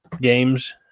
games